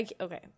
Okay